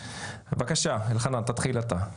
בבקשה, אלחנן, תתחיל אתה.